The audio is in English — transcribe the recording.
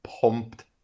pumped